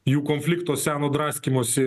jų konflikto seno draskymosi